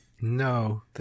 No